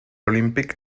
olympique